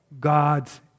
God's